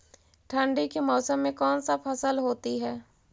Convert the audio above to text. ठंडी के मौसम में कौन सा फसल होती है?